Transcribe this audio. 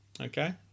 Okay